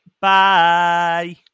Bye